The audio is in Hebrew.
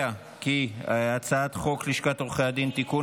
להעביר את הצעת חוק לשכת עורכי הדין (תיקון,